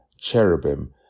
cherubim